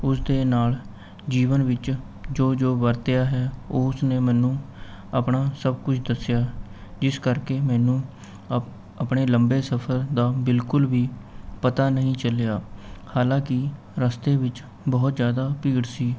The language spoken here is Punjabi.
ਉਸਦੇ ਨਾਲ਼ ਜੀਵਨ ਵਿੱਚ ਜੋ ਜੋ ਵਰਤਿਆ ਹੈ ਉਹ ਉਸਨੇ ਮੈਨੂੰ ਆਪਣਾ ਸਭ ਕੁੱਝ ਦੱਸਿਆ ਜਿਸ ਕਰਕੇ ਮੈਨੂੰ ਆਪਣੇ ਲੰਬੇ ਸਫ਼ਰ ਦਾ ਬਿਲਕੁੱਲ ਵੀ ਪਤਾ ਨਹੀਂ ਚੱਲਿਆ ਹਾਲਾਂਕਿ ਰਸਤੇ ਵਿੱਚ ਬਹੁਤ ਜ਼ਿਆਦਾ ਭੀੜ ਸੀ